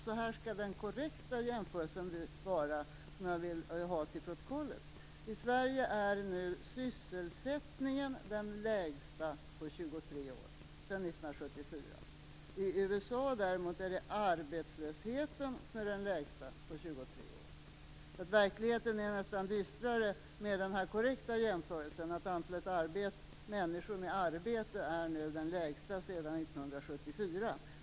Så här skall den korrekta jämförelsen vara som jag vill ha antecknat till protokollet: I Sverige är nu sysselsättningen den lägsta på 23 år, sedan 1974. I USA är den öppna arbetslösheten den lägsta på 23 år. Verkligheten är nästan dystrare med den korrekta jämförelsen, att antalet människor med arbete nu är det lägsta sedan 1974.